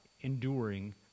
enduring